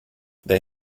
they